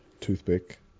Toothpick